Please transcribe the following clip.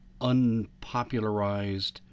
unpopularized